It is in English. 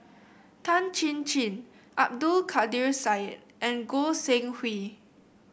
Tan Chin Chin Abdul Kadir Syed and Goi Seng Hui